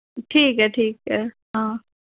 ठीक ऐ ठीक ऐ हां